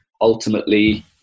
ultimately